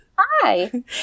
Hi